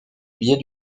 biais